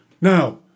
Now